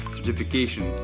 Certification